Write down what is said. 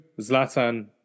Zlatan